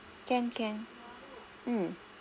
can can mm